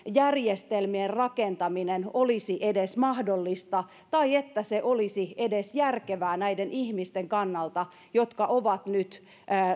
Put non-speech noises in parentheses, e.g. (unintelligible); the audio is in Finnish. (unintelligible) järjestelmien rakentaminen olisi edes mahdollista tai että se olisi edes järkevää näiden ihmisten kannalta jotka ovat nyt